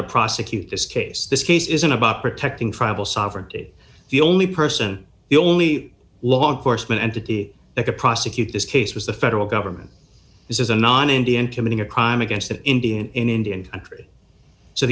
to prosecute this case this case isn't about protecting tribal sovereignty the only person the only law enforcement entity that could prosecute this case was the federal government this is a non indian committing a crime against an indian in indian country so